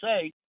say